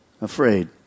afraid